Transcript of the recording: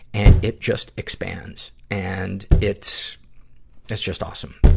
and it just expands. and it's that's just awesome.